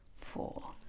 four